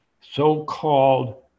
so-called